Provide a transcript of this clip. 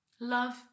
Love